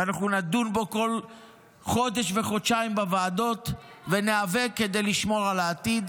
ואנחנו נדון בו כל חודש וחודשיים בוועדות וניאבק כדי לשמור על העתיד,